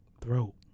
throat